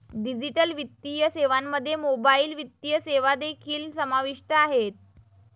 digital वित्तीय सेवांमध्ये mobile वित्तीय सेवा देखील समाविष्ट आहेत